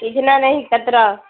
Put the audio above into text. ادنا نہیں کتلا